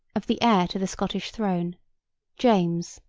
of the heir to the scottish throne james,